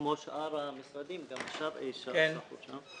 כמו שאר המשרדים גם השרעי שכר שם.